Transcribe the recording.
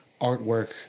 artwork